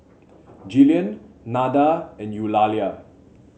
Jillian Nada and Eulalia